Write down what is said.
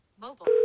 mobile